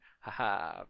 Haha